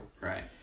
Right